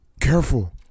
Careful